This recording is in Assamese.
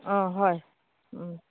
অঁ হয়